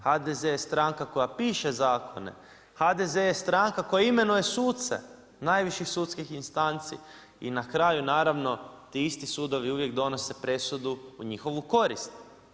HDZ je stranka koja piše zakone, HDZ je stranka koja imenuje suce, najviših sudskih instanci i na kraju, naravno, ti isti sudovi uvijek donose presudu u njihovu korist.